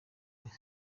zose